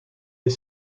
ait